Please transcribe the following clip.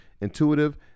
intuitive